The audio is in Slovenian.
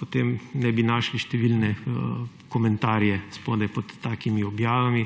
tudi ne bi našli številne komentarje spodaj pod takimi objavami,